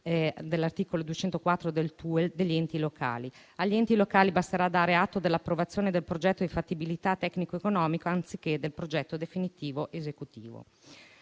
all'articolo 204 del Testo unico degli enti locali. Agli enti locali basterà dare atto dell'approvazione del progetto di fattibilità tecnico-economica, anziché del progetto definitivo esecutivo.